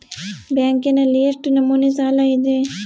ಬ್ಯಾಂಕಿನಲ್ಲಿ ಎಷ್ಟು ನಮೂನೆ ಸಾಲ ಇದೆ?